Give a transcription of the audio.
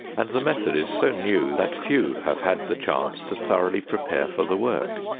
and the method is so new that few have had the chance to thoroughly prepare for the work.